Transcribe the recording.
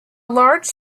large